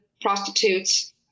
prostitutes